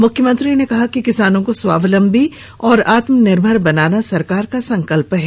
मुख्यमंत्री ने कहा कि किसानों को स्वावलंबी और आत्मनिर्भर बनाना सरकार का संकल्प है